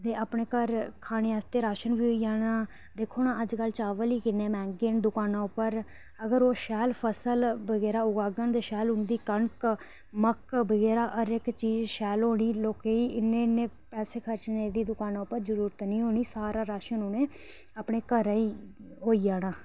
ते अपने घर खाने आस्तै राशन बी होई जाना ते दिक्खो ना अजकल चावल ही किन्ने मैहंगे न दुकानां उप्पर अगर ओह् शैल फसल बगैरा उगाङन शैल उंदी कनक मक्क बगैरा हर एक्क चीज शैल होनी लोकें गी इन्ने इन्ने पैसे खर्चने दी दुकाना पर जरूरत नी होनी सारा राशन उनें अपने घरें च होई जाना